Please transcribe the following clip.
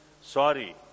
sorry